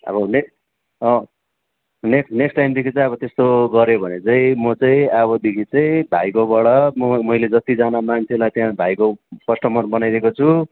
अब next next टाइमदेखि चाहिँ गर्यो भने चाहिँ म चाहिँ अबदेखि चाहिँ भाइकोबाट मैले जतिजना मान्छेलाई त्यहाँ भाइको कस्टमर बनाइदिएको छु